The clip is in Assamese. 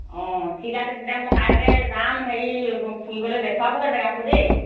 অঁ ঠিক আছে তেতিয়া মই কাইলৈ যাম হেৰি ফুৰিবলৈ দেখুৱাবগৈ জেগাবোৰ দেই